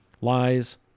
lies